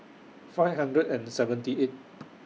five hundred and seventy eight